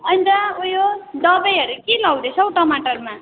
अन्त उयो दबाईहरू के लाउँदैछौ टमाटरमा